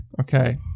Okay